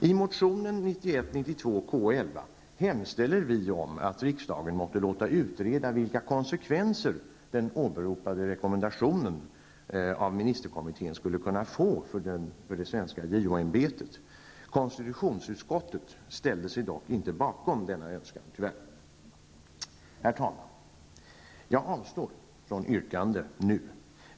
I motionen 1991/92:K11 hemställer vi om att riksdagen måtte låta utreda vilka konsekvenser den åberopade rekommendationen av ministerkommittén skulle kunna få för det svenska JO-ämbetet. Konstitutionsutskottet ställde sig dock inte bakom denna önskan, tyvärr! Herr talman! Jag avstår från yrkande nu.